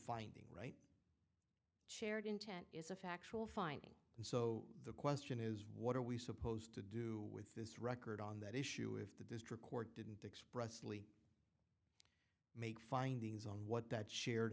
finding right chared intent is a factual finding and so the question is what are we supposed to do with this record on that issue if the district court didn't express lee make findings on what that shared